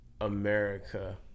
America